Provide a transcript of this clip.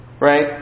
Right